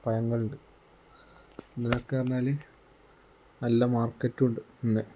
പഴങ്ങളുണ്ട് ഇതിനൊക്കെ പറഞ്ഞാൽ നല്ല മാർക്കറ്റും ഉണ്ട് ഇന്ന്